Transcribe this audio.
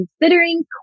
considering